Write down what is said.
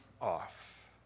off